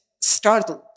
startled